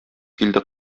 килде